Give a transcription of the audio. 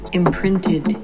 imprinted